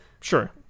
sure